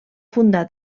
fundar